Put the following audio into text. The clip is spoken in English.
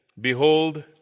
Behold